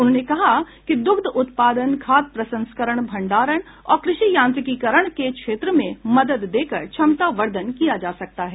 उन्होंने कहा कि दुग्ध उत्पादन खाद्य प्रसंस्करण भंडारण और कृषि यांत्रिकीकरण के क्षेत्र में मदद देकर क्षमता वर्धन किया जा सकता है